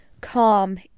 calm